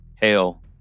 hail